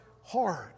hard